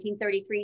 1933